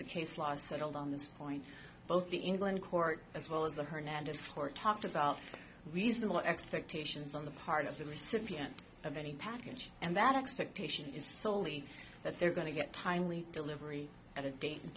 the case law is settled on this point both the england court as well as the hernandez support talked about reasonable expectations on the part of the recipient of any package and that expectation is soley that they're going to get timely delivery at a date in